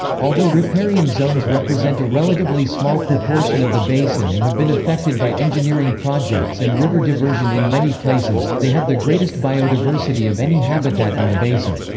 although riparian zones represent a relatively small proportion of the basin and have been affected by engineering projects and river diversion in many places, they have the greatest biodiversity of any habitat in the basin.